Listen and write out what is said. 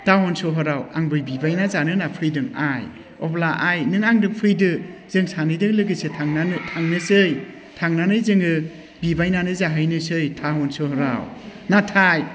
town सहराव आंबो बिबायना जानो होनना फैदों आइ अब्ला आइ नों आंजों फैदो जों सानैजों लोगोसे थांनोसै थांनानै जोङो बिबायनानै जाहैनोसै टाउन सहराव नाथाय